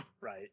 Right